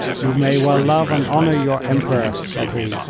you may well love and honour your emperor, said he,